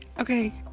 okay